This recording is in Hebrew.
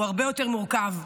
הוא הרבה יותר מורכב,